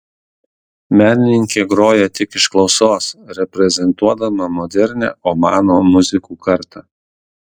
menininkė groja tik iš klausos reprezentuodama modernią omano muzikų kartą